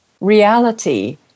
reality